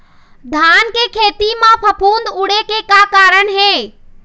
धान के खेती म फफूंद उड़े के का कारण हे?